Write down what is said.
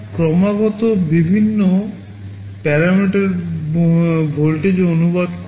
তারা ক্রমাগত বিভিন্ন প্যারামিটারগুলি ভোল্টেজে অনুবাদ করা যায়